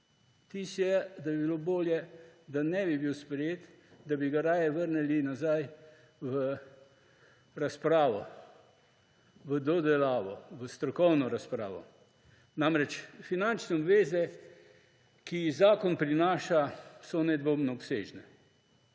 Vtis je, da bi bilo bolje, da ne bi bil sprejet, da bi ga raje vrnili nazaj v razpravo, v dodelavo, v strokovno razpravo. Finančne obveze, ki jih zakon prinaša, so nedvomno obsežne